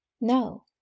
No